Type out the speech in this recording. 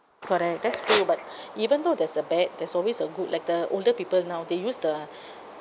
correct that's true but even though there's a bad there's always a good like the older people now they use the